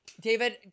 David